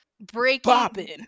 Breaking